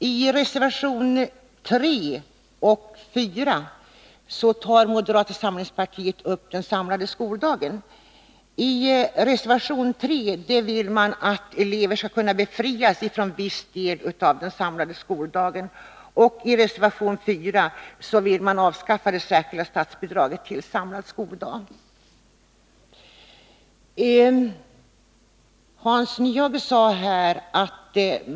I reservationerna 3 och 4 tar moderata samlingspartiet upp den samlade skoldagen. I reservation 3 föreslår man att eleverna skall kunna befrias från viss del av den samlade skoldagen, och i reservation 4 föreslår man att det särskilda statsbidraget till den samlade skoldagen skall avskaffas.